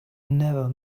never